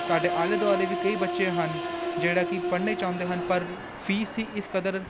ਸਾਡੇ ਆਲੇ ਦੁਆਲੇ ਵੀ ਕਈ ਬੱਚੇ ਹਨ ਜਿਹੜਾ ਕਿ ਪੜ੍ਹਨੇ ਚਾਹੁੰਦੇ ਹਨ ਪਰ ਫੀਸ ਹੀ ਇਸ ਕਦਰ